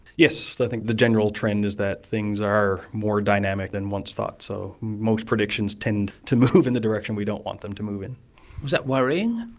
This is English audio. yes, i think the general trend is that things are more dynamic than once thought, so most predictions tend to move in the direction we don't want them to move in. is that worrying?